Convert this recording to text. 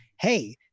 hey